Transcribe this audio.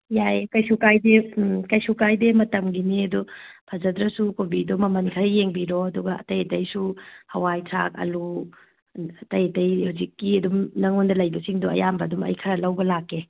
ꯌꯥꯏꯌꯦ ꯀꯩꯁꯨ ꯀꯥꯏꯗꯦ ꯀꯩꯁꯨ ꯀꯥꯏꯗꯦ ꯃꯇꯝꯒꯤꯅꯤ ꯑꯗꯨ ꯐꯖꯗ꯭ꯔꯁꯨ ꯀꯣꯕꯤꯗꯣ ꯃꯃꯟ ꯈꯔ ꯌꯦꯡꯕꯤꯔꯣ ꯑꯗꯨꯒ ꯑꯇꯩ ꯑꯇꯩꯁꯨ ꯍꯥꯋꯥꯏꯊ꯭ꯔꯥꯛ ꯑꯂꯨ ꯑꯇꯩ ꯑꯇꯩ ꯍꯧꯖꯤꯛꯀꯤ ꯑꯗꯨꯝ ꯅꯉꯣꯟꯗ ꯂꯩꯕꯁꯤꯡꯗꯣ ꯑꯌꯥꯝꯕ ꯑꯗꯨꯝ ꯑꯩ ꯈꯔ ꯂꯧꯕ ꯂꯥꯛꯀꯦ